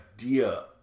idea